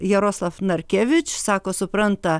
jaroslav narkevič sako suprantanta